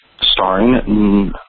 starring